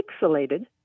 pixelated